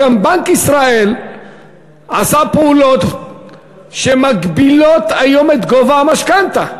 גם בנק ישראל עשה פעולות שמגבילות היום את גובה המשכנתה.